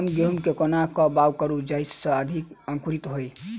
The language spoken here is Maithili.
हम गहूम केँ कोना कऽ बाउग करू जयस अधिक अंकुरित होइ?